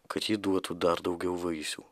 kad ji duotų dar daugiau vaisių